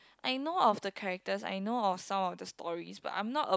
I know of the characters I know of some of the stories but I'm not a